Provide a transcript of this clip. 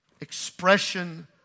expression